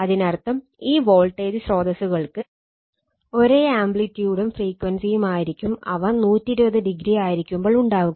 അതിനർത്ഥം ഈ വോൾട്ടേജ് സ്രോതസ്സുകൾക്ക് ഒരേ ആംപ്ലിറ്റിയൂടും ഫ്രീക്വൻസിയും ആയിരിക്കും അവ 120o ആയിരിക്കുമ്പോൾ ഉണ്ടാവുക